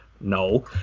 no